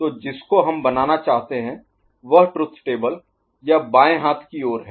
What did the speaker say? तो जिसको हम बनाना चाहते हैं वह ट्रुथ टेबल यह बाएं हाथ की ओर है